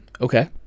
Okay